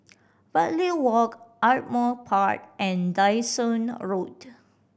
Bartley Walk Ardmore Park and Dyson Road